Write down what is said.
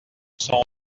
son